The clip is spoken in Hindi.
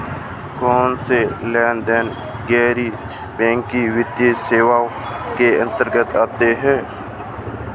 कौनसे लेनदेन गैर बैंकिंग वित्तीय सेवाओं के अंतर्गत आते हैं?